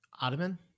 Ottoman